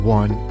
one